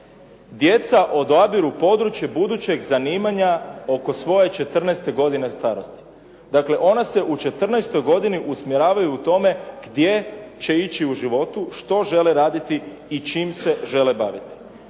Djeca odabiru područje budućeg zanimanja oko svoje 14. godine starosti. Dakle, ona se u 14. godini usmjeravaju u tome gdje će ići u životu, što žele raditi i čime se žele baviti.